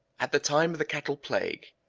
at the time of the cattle plague,